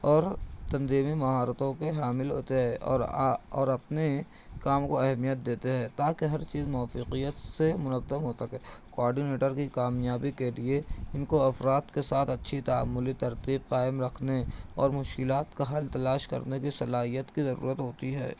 اور تنظیمی مہارتوں کے حامل ہوتے ہے اور آ اپنے کاموں کو اہمیت دیتے ہے تاکہ ہر چیز موافقیت سے منظم ہو سکے کوآرڈینیٹر کی کامیاب کے لیے ان کو افراد کے ساتھ اچھی تعاملی ترتیب قائم رکھنے اور مشکلات کا حل تلاش کرنے کی صلاحیت کی ضرورت ہوتی ہے